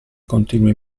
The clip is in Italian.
continui